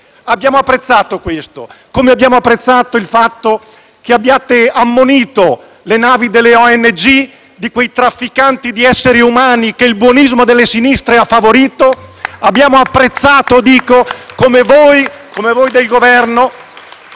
Abbiamo apprezzato questo, come abbiamo apprezzato il fatto che abbiate ammonito le navi delle ONG, di quei trafficanti di esseri umani che il buonismo delle sinistre ha favorito. *(Applausi dal Gruppo